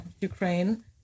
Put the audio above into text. Ukraine